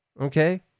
okay